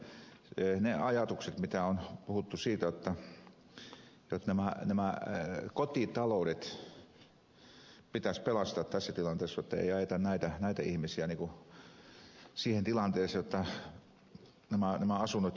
sen takia ne ajatukset mitä on puhuttu siitä jotta nämä kotitaloudet pitäisi pelastaa tässä tilanteessa jotta ei ajeta näitä ihmisiä siihen tilanteeseen jotta nämä asunnot joutuvat pankkien haltuun